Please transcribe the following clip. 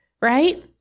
right